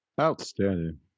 Outstanding